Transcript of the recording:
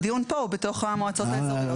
הדיון פה הוא בתוך המועצות האזוריות,